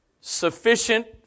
Sufficient